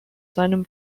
seinem